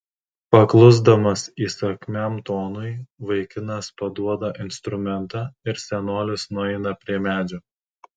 paklusdamas įsakmiam tonui vaikinas paduoda instrumentą ir senolis nueina prie medžio